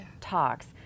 talks